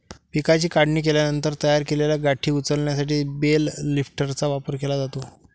पिकाची काढणी केल्यानंतर तयार केलेल्या गाठी उचलण्यासाठी बेल लिफ्टरचा वापर केला जातो